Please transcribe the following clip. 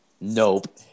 nope